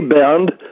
bound